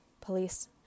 police